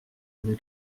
une